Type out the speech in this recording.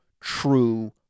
true